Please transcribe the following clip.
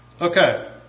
Okay